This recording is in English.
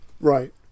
Right